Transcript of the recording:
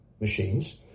machines